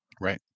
Right